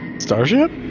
starship